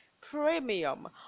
premium